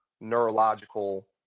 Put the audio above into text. neurological